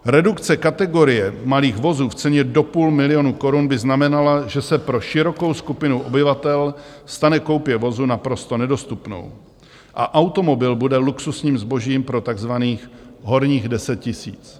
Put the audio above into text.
Redukce kategorie malých vozů v ceně do půl milionu korun by znamenala, že se pro širokou skupinu obyvatel stane koupě vozu naprosto nedostupnou a automobil bude luxusním zbožím pro takzvaných horních deset tisíc.